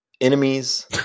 enemies